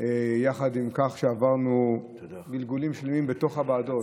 יחד עם כך שעברנו גלגולים שלמים בתוך הוועדות.